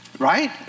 Right